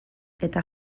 eta